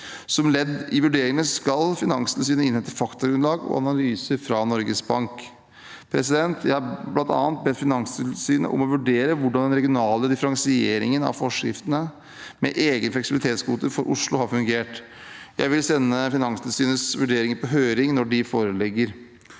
Som ledd i vurderingene skal Finanstilsynet innhente faktagrunnlag og analyser fra Norges Bank. Jeg har bl.a. bedt Finanstilsynet om å vurdere hvordan den regionale differensieringen av forskriften, med egen fleksibilitetskvote for Oslo, har fungert. Jeg vil sende Finanstilsynets vurderinger på høring når de foreligger.